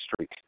streak